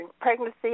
pregnancy